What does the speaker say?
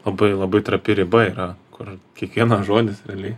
labai labai trapi riba yra kur kiekvienas žodis realiai